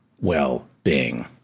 well-being